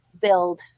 build